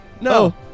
No